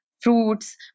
fruits